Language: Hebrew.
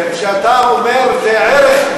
כשאתה אומר שזה ערך,